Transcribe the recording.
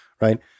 Right